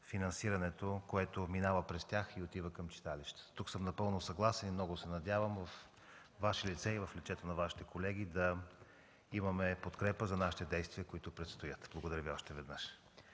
финансирането, което минава през тях и отива към читалищата. Тук съм напълно съгласен с Вас. Много се надявам във Ваше лице и в лицето на Вашите колеги да имаме подкрепа за действията, които ни предстоят. Благодаря Ви още веднъж.